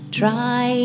try